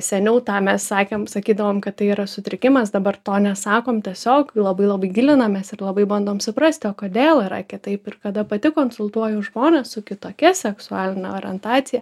seniau tą mes sakėm sakydavom kad tai yra sutrikimas dabar to nesakom tiesiog labai labai gilinamės ir labai bandom suprasti o kodėl yra kitaip ir kada pati konsultuoju žmones su kitokia seksualine orientacija